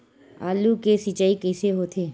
आलू के सिंचाई कइसे होथे?